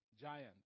giant